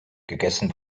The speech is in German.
gegessen